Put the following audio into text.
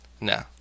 No